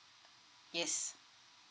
yes